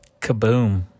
Kaboom